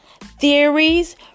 theories